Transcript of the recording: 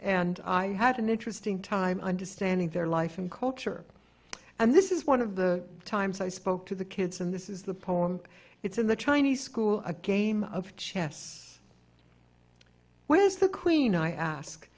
and i had an interesting time understanding their life and culture and this is one of the times i spoke to the kids and this is the poem it's in the chinese school a game of chess where is the queen i ask